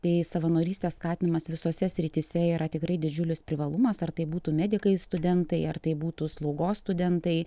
tai savanorystės skatinimas visose srityse yra tikrai didžiulis privalumas ar tai būtų medikai studentai ar tai būtų slaugos studentai